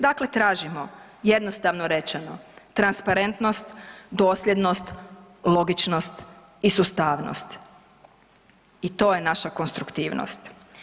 Dakle, tražimo jednostavno rečeno transparentnost, dosljednost, logičnost i sustavnost i to je naša konstruktivnost.